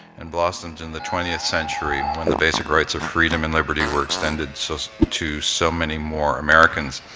and blossomed in the twentieth century when the basic rights of freedom and liberty were extended so so to so many more americans.